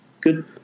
good